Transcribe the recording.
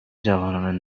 جوانان